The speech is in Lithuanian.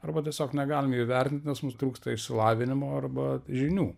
arba tiesiog negalim jų įvertint nes mums trūksta išsilavinimo arba žinių